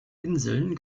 inseln